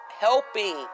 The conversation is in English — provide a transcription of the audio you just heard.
helping